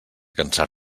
cansar